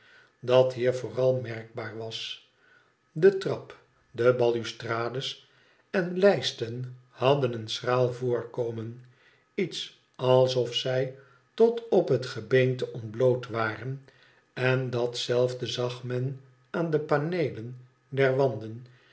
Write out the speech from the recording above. dat hier vooral merkbaar was de trap de balustrades en lijsten hadden een schraal voorkomen iets alsof zij tot op het gebeente ontbloot waren en dat zelfde zag men aan de paneelen der wanden